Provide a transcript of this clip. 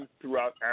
throughout